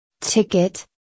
Ticket